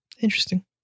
Interesting